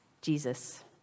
Jesus